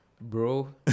bro